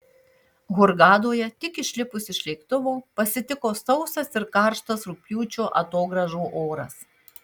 hurgadoje tik išlipus iš lėktuvo pasitiko sausas ir karštas rugpjūčio atogrąžų oras